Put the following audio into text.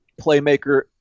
playmaker